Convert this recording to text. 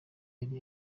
yari